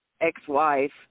ex-wife